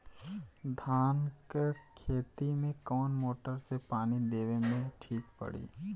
धान के खेती मे कवन मोटर से पानी देवे मे ठीक पड़ी?